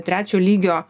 trečio lygio